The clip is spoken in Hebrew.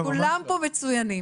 כולם פה מצוינים.